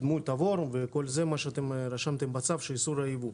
תבור וכל מה שאתם רשמתם בצו של איסור הייבוא.